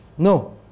No